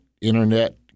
Internet